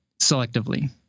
selectively